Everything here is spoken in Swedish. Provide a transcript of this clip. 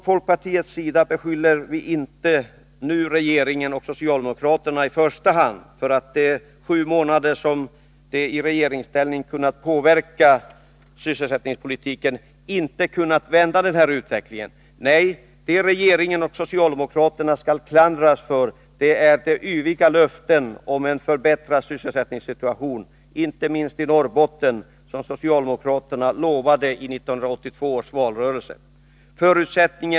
Folkpartiet kritiserar inte regeringen och socialdemokraterna i första hand för att de inte under de sju månader de i regeringsställning haft möjlighet att påverka sysselsättningspolitiken inte kunnat vända utvecklingen. Nej, det socialdemokraterna skall klandras för är de yviga löften om en förbättrad sysselsättningssituation — inte minst i Norrbotten — som de gav i 1982 års valrörelse.